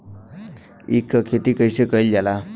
ईख क खेती कइसे कइल जाला?